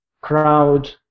crowd